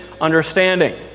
understanding